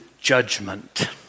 judgment